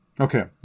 Okay